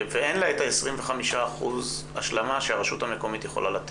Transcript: ואין לה את ה-25% השלמה שהרשות המקומית יכולה לתת?